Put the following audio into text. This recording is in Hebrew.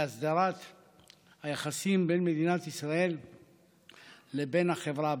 להסדרת היחסים בין מדינת ישראל לבין החברה הבדואית.